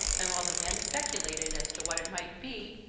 and while the men speculated as to what it might be,